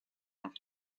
nach